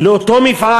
לאותו מפעל,